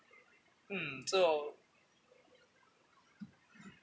mm so